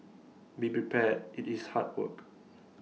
be prepared IT is hard work